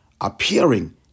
appearing